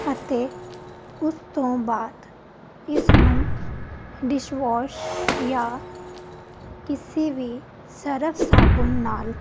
ਅਤੇ ਉਸ ਤੋਂ ਬਾਅਦ ਇਸ ਨੂੰ ਡਿਸ਼ ਵੋਸ਼ ਜਾਂ ਕਿਸੀ ਵੀ ਸਰਫ ਸਾਬਣ ਨਾਲ